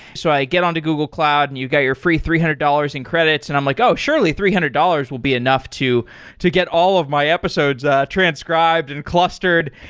so i get on to google cloud, and you got your free three hundred dollars in credits and i'm like, oh! surely, three hundred dollars will be enough to to get all of my episodes transcribed and clustered.